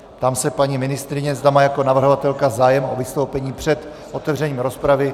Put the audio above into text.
Ptám se paní ministryně, zda má jako navrhovatelka zájem o vystoupení před otevřením rozpravy.